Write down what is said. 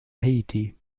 haiti